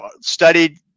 studied